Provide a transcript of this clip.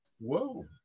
Whoa